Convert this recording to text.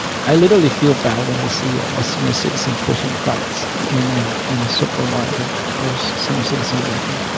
i literally feel bad when i see a senior citizen pushing carts in ah in a supermarket or a senior citizen working.